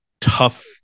tough